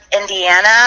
Indiana